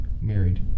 married